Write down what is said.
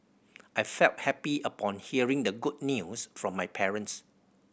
I felt happy upon hearing the good news from my parents